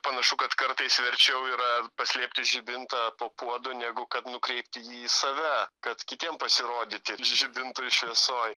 panašu kad kartais verčiau yra paslėpti žibintą po puodu negu kad nukreipti į save kad kitiem pasirodyti žibintų šviesoj